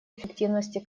эффективности